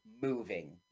moving